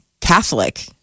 Catholic